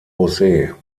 jose